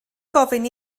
gofyn